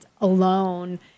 alone